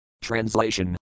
Translation